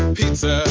pizza